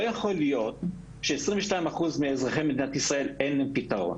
לא יכול להיות של-22 אחוז מאזרחי מדינת ישראל אין פיתרון.